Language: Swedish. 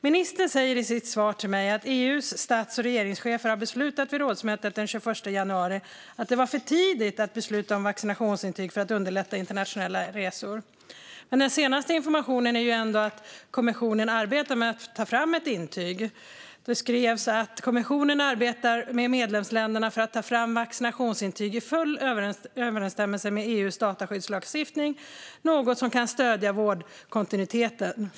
Ministern säger i sitt svar till mig att EU:s stats och regeringschefer vid rådsmötet den 21 januari beslutade att det var för tidigt att besluta om vaccinationsintyg för att underlätta internationella resor. Men den senaste informationen är att kommissionen arbetar med att ta fram ett intyg. Det skrevs att kommissionen arbetar med medlemsländerna för att ta fram vaccinationsintyg i full överensstämmelse med EU:s dataskyddslagstiftning, något som kan stödja vårdkontinuiteten.